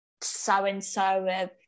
so-and-so